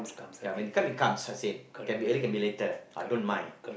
ya when it come it comes I said can be early can be later I don't mind